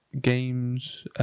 games